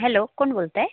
hello कोण बोलत आहे